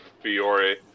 Fiore